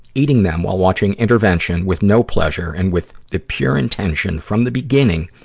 eating them while watching intervention with no pleasure and with the pure intention, from the beginning,